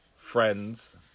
friends